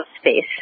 space